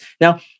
Now